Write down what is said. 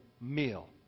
meal